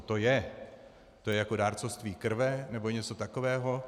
To je jako dárcovství krve nebo něco takového?